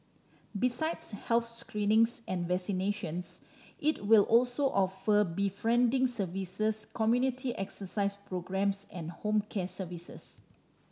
besides health screenings and vaccinations it will also offer befriending services community exercise programmes and home care services